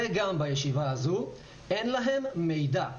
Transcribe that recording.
וגם בישיבה הזו: אין להם מידע.